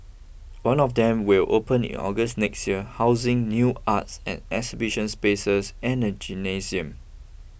one of them will open in August next year housing new arts and exhibition spaces and a gymnasium